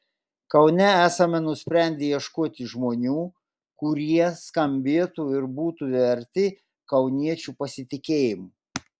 kaune esame nusprendę ieškoti žmonių kurie skambėtų ir būtų verti kauniečių pasitikėjimo